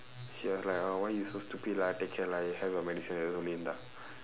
she was like oh why you so stupid lah take care lah you have your medicine and insulin